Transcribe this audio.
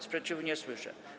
Sprzeciwu nie słyszę.